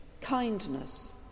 kindness